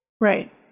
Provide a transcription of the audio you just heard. Right